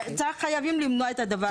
חייבים למנוע את הדבר הזה.